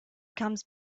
comes